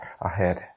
ahead